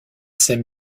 sème